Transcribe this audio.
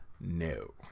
No